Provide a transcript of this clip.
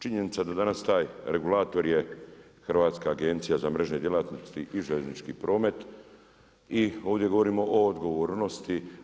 Činjenica da danas taj regulator je Hrvatska agencija za mrežne djelatnosti i željeznički promet i ovdje govorimo o odgovornosti.